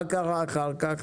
מה קרה אחר כך?